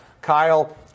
Kyle